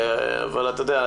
אבל אתה יודע,